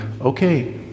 okay